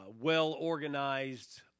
well-organized